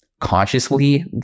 consciously